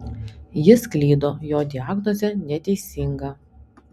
jis klydo jo diagnozė neteisinga